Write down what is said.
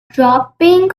dropping